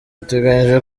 biteganyijwe